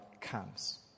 comes